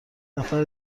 نفر